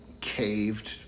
caved